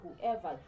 whoever